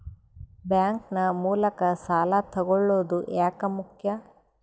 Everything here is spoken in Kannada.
ಬ್ಯಾಂಕ್ ನ ಮೂಲಕ ಸಾಲ ತಗೊಳ್ಳೋದು ಯಾಕ ಮುಖ್ಯ?